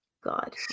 God